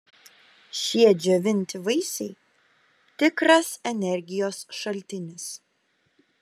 šie džiovinti vaisiai tikras energijos šaltinis